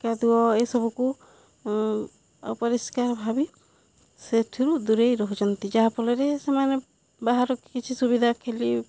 କାଦୁଅ ଏସବୁକୁ ଅପରିଷ୍କାର ଭାବି ସେଥିରୁ ଦୂରେଇ ରହୁଛନ୍ତି ଯାହାଫଳରେ ସେମାନେ ବାହାର କିଛି ସୁବିଧା ଖେଳି